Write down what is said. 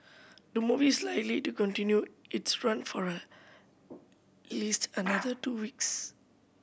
the movie is likely to continue its run for a least another two weeks